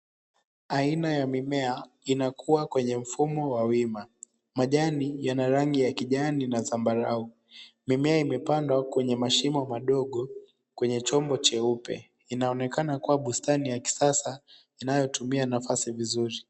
Aina ya mimmea inakuwa kwenye mfumo wa wima, majani yana rangi ya kijani na zambarau. Mimmea imepandwa kwenye mashimo madogo kwenye chombo cheupe, inaoonekana kuwa bustani ya kisasa inayotumia nafasi vizuri.